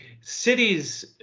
cities